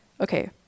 Okay